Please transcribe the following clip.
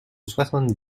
soixante